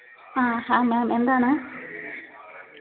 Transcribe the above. ആ ഹാ മാം എന്താണ്